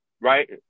Right